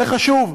זה חשוב.